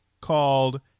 called